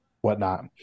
whatnot